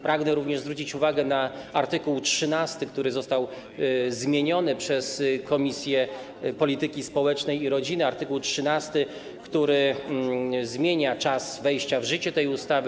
Pragnę również zwrócić uwagę na art. 13, który został zmieniony przez Komisję Polityki Społecznej i Rodziny, art. 13, który zmienia czas wejścia w życie tej ustawy.